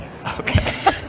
okay